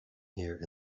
here